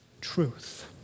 truth